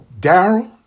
Daryl